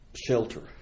shelter